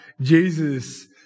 Jesus